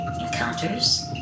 encounters